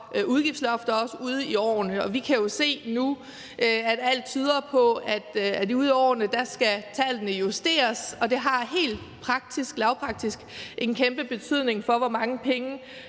udgiftslofter også frem i årene. Og vi kan jo se nu, at alt tyder på, at frem i årene skal tallene justeres, og det har helt lavpraktisk en kæmpe betydning for, hvor mange penge